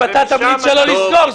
אם אתה תמליץ שלא לסגור,